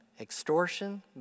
extortion